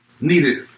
needed